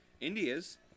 India's